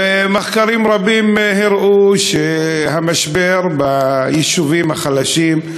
ומחקרים רבים הראו שהמשבר ביישובים החלשים,